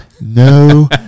no